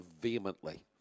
vehemently